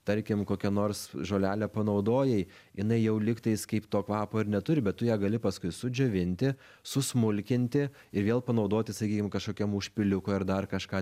tarkim kokia nors žolelę panaudojai jinai jau lygtais kaip to kvapo ir neturi bet tu ją gali paskui sudžiovinti susmulkinti ir vėl panaudoti sakykim kažkokiam užpiliukui ar dar kažką